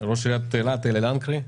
ראש עיריית אילת, אלי לנקרי.